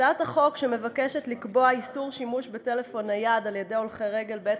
הצעת החוק שמבקשת לקבוע איסור שימוש בטלפון נייד על-ידי הולכי רגל בעת